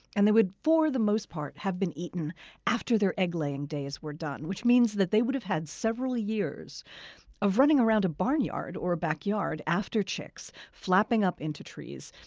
and they would, for the most part, have been eaten after their egg-laying days were done, which means they would have had several years of running around a barnyard or backyard after chicks, flapping up into trees,